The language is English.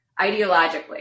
ideologically